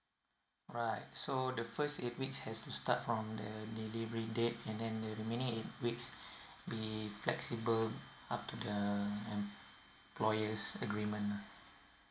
right so the first eaight weeks has to start from the delivery date and then the remaining eight weeks be flexible up to the employer's agreement lah